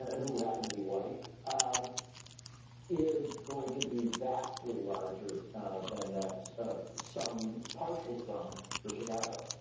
who happened to be white um is going to be vastly larger than that of some partial sum for chicago.